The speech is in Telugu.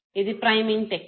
ఇది ప్రైమింగ్ టెక్నీక్